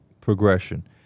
progression